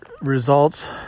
results